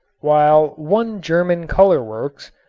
while one german color works,